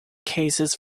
cases